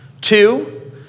Two